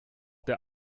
der